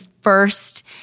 first